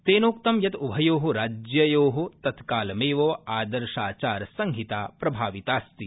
तेन उक्तं यत उभयो राज्ययो तत्कालमेव आदर्शाचार संहिता प्रभाविता अस्ति